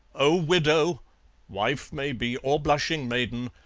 oh! widow wife, maybe, or blushing maiden,